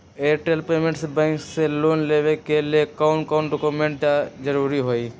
Airtel payments bank से loan लेवे के ले कौन कौन डॉक्यूमेंट जरुरी होइ?